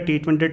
T20